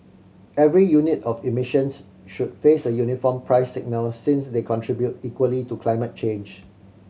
every unit of emissions should face a uniform price signal since they contribute equally to climate change